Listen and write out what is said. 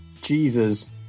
Jesus